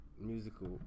musical